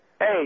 Hey